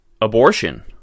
abortion